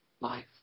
life